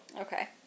Okay